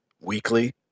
weekly